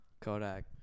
Kodak